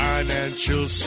Financial